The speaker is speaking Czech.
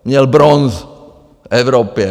Měl bronz v Evropě.